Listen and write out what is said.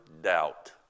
doubt